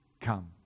come